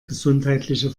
gesundheitliche